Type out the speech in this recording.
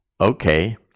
okay